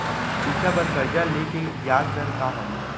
शिक्षा बर कर्जा ले के बियाज दर का हवे?